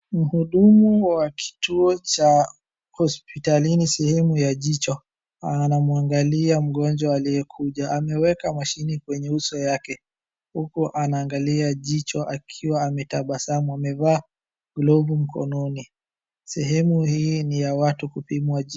Mhudumu wa kituo cha hospitalini sehemu ya jicho, anamwangalia mgonjwa aliekuja, ameweka mashine kwenye uso yake huku anaangalia jicho akiwa ametabasamu, amevaa glavu mkononi. Sehemu hii ni ya watu kupimwa jicho.